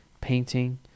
Painting